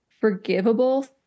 Forgivable